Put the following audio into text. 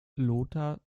lothar